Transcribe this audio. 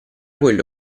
quello